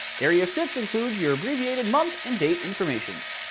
area six includes your abbreviated month and date information.